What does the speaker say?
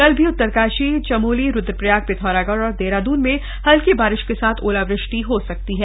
कल भी उत्तरकाशी चमोली रुद्रप्रयाग पिथौरागढ़ और देहरादून में हल्की बारिश के साथ ओलावृष्टि हो स क ती है